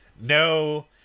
No